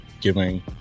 giving